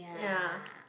ya